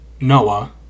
*Noah*